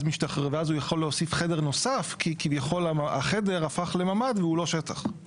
ואז הוא יכול להוסיף חדר נוסף כי כביכול החדר הפך לממ"ד והוא לא שטח.